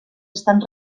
estan